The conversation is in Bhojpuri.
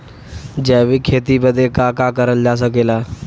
जैविक खेती बदे का का करल जा सकेला?